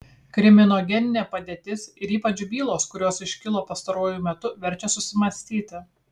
kriminogeninė padėtis ir ypač bylos kurios iškilo pastaruoju metu verčia susimąstyti